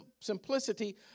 simplicity